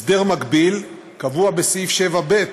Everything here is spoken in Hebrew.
הסדר מקביל קבוע בסעיף 7(ב)